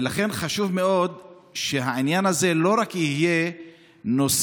לכן חשוב מאוד שהעניין הזה לא יהיה נושא